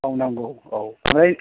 मावनांगौ औ